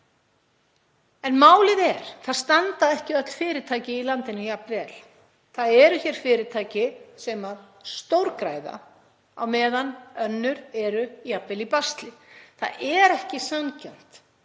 Málið er að það standa ekki öll fyrirtæki í landinu jafn vel. Það eru hér fyrirtæki sem stórgræða á meðan önnur eru jafnvel í basli. Það er ekki sanngjarnt